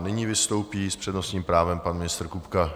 Nyní vystoupí s přednostním právem pan ministr Kupka.